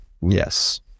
yes